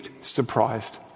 surprised